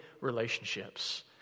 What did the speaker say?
relationships